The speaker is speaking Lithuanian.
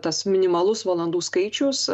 tas minimalus valandų skaičius